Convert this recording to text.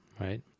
right